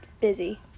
busy